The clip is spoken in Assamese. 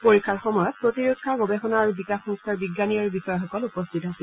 পৰীক্ষাৰ সময়ত প্ৰতিৰক্ষা গৱেষণা আৰু বিকাশ সংস্থাৰ বিজ্ঞানী আৰু বিষয়াসকল উপস্থিত আছিল